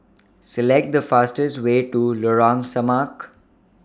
Select The fastest Way to Lorong Samak